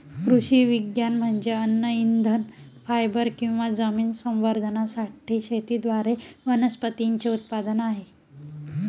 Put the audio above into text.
कृषी विज्ञान म्हणजे अन्न इंधन फायबर किंवा जमीन संवर्धनासाठी शेतीद्वारे वनस्पतींचे उत्पादन आहे